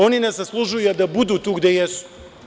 Oni ne zaslužuju da budu tu gde jesu.